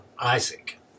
Isaac